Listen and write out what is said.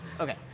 Okay